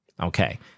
okay